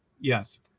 Yes